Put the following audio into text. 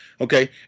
okay